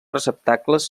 receptacles